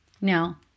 Now